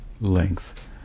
length